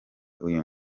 uyu